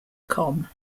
com